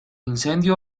incendio